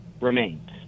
remains